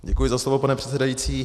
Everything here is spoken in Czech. Děkuji za slovo, pane předsedající.